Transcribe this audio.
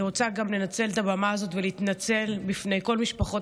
אני רוצה גם לנצל את הבמה הזאת ולהתנצל בפני כל משפחות